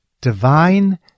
Divine